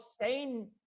sane